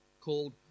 called